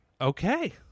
Okay